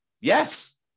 Yes